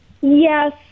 Yes